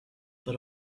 but